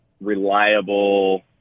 reliable